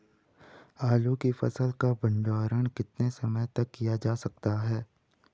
आलू की फसल का भंडारण कितने समय तक किया जा सकता है?